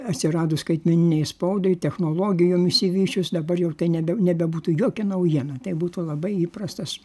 atsiradus skaitmeninei spaudai technologijom išsivysčius dabar jau nebe nebebūtų jokia naujiena tai būtų labai įprastas